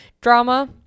drama